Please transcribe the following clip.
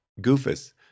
Goofus